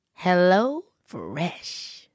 HelloFresh